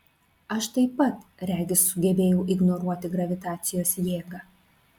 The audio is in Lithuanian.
aš taip pat regis sugebėjau ignoruoti gravitacijos jėgą